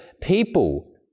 people